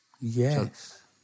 Yes